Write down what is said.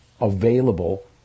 available